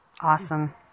Awesome